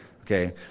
Okay